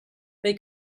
they